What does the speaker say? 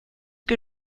que